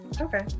Okay